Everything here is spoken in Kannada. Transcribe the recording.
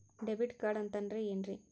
ಡೆಬಿಟ್ ಕಾರ್ಡ್ ಅಂತಂದ್ರೆ ಏನ್ರೀ?